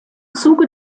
zuge